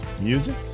music